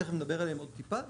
תכף נדבר עליהן טיפה,